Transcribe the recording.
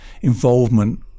involvement